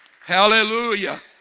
Hallelujah